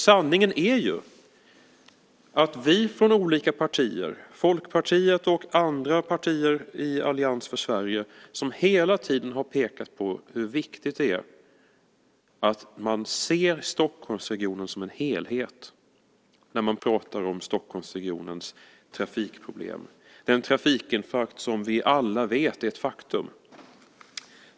Sanningen är ju att vi från de olika partierna, Folkpartiet och andra partier i Allians för Sverige hela tiden har pekat på hur viktigt det är att man ser Stockholmsregionen som en helhet när man talar om Stockholmsregionens trafikproblem, den trafikinfarkt som vi alla vet är ett faktum.